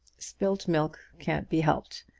spilt milk can't be helped,